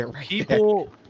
people